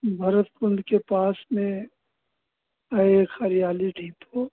भरत कुंड के पास में आए एक हरियाली डीथपुर